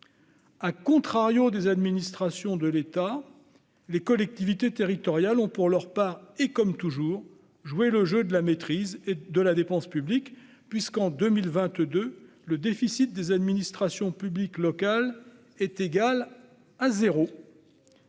européenne. des administrations de l'État, les collectivités territoriales ont pour leur part, et comme toujours, joué le jeu de la maîtrise de la dépense publique, puisque, en 2022, le déficit des administrations publiques locales est égal à zéro